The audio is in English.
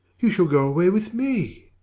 you shall go away with me!